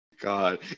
god